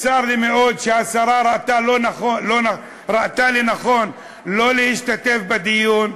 לי מאוד שהשרה לא ראתה לנכון להשתתף בדיון,